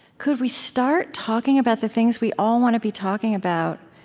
could we start talking about the things we all want to be talking about,